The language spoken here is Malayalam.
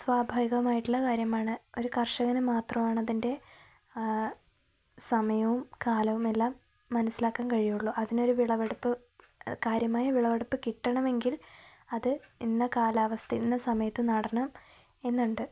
സ്വാഭാവികമായിട്ടുള്ള കാര്യമാണ് ഒരു കർഷകന് മാത്രമാണ് അതിൻ്റെ സമയവും കാലവുമെല്ലാം മനസ്സിലാക്കാൻ കഴിയുകയുള്ളൂ അതിനൊരു വിളവെടുപ്പ് കാര്യമായ വിളവെടുപ്പ് കിട്ടണമെങ്കിൽ അത് ഇന്ന കാലാവസ്ഥയില് ഇന്ന സമയത്ത് നടണമെന്നുണ്ട്